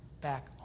back